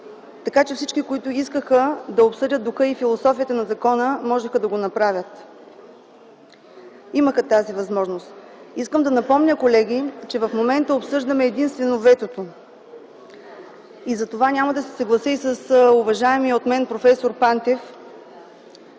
така че всички, които искаха да обсъдят духа и философията на закона, можеха да го направят, имаха тази възможност. Искам да напомня, колеги, че в момента обсъждаме единствено ветото. И затова няма да се съглася и с уважаемия от мен проф. Пантев,